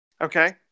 Okay